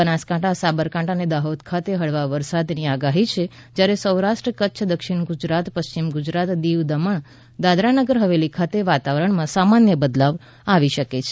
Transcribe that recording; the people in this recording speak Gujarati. બનાસકાંઠા સાબરકાંઠા અને દાહોદ ખાતે હળવા વરસાદની આગાહી છે જ્યારે સૌરાષ્ટ્ર કચ્છ દક્ષિણ ગુજરાત પશ્ચિમ ગુજરાત દીવ દમણ દાદરા નગર હવેલી ખાતે વાતાવરણમાં સામાન્ય બદલાવ આવી શકે છે